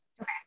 Okay